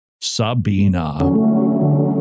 Sabina